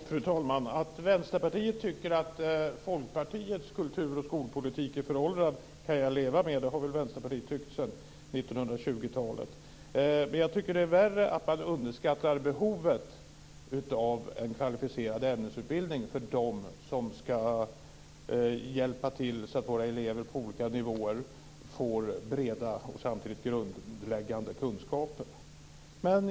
Fru talman! Att Vänsterpartiet tycker att Folkpartiets kultur och skolpolitik är föråldrad kan jag leva med - det har väl Vänsterpartiet tyckt sedan 1920 talet. Värre är att man underskattar behovet av en kvalificerad ämnesutbildning för dem som ska hjälpa till så att våra elever på olika nivåer får breda och samtidigt grundläggande kunskaper.